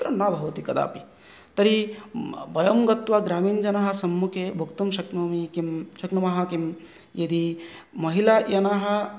तत्र न भवति कदापि तर्हि वयं गत्वा ग्रामीणजनानाः सम्मुखे वक्तुं शक्नोमि किं शक्नुम किं यदि महिला जनाः